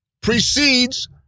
precedes